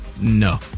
No